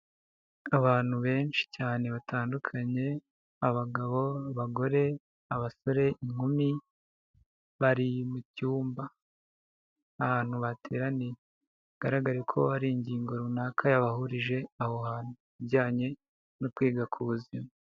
Abantu benshi cyane batandukanye. Abagabo, bagore, abasore, inkumi bari mu cyumba ahantu bateraniye. Bigaragare ko hari ingingo runaka yabahurije aho hantu, ibijyanye no kwiga ku buzima.